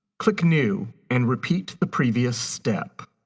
click new and repeat the previous step.